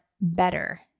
better